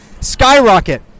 skyrocket